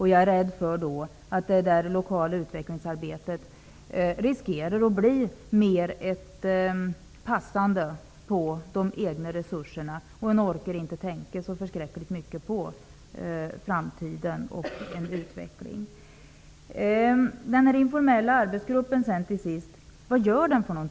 Jag är rädd för att det lokala utvecklingsarbetet kommer att innebära att det mer blir så att man håller fast vid de egna resurserna. Man orkar inte tänka så förskräckligt mycket på framtiden och utvecklingen.